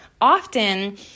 often